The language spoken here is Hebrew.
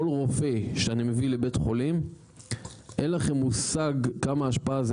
כל רופא שאני מביא לבית חולים אין לכם מושג כמה השפעה זה.